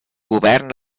govern